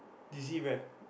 D_C brand